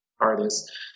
artists